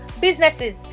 businesses